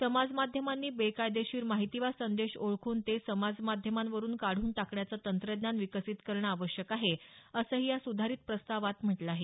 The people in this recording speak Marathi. समाज माध्यमांनी बेकायदेशीर माहिती वा संदेश ओळखून ते समाजमाध्यमांवरुन काढून टाकण्याचं तंत्रज्ञान विकसित करणं आवश्यक आहे असंही या सुधारित प्रस्तावात म्हटलं आहे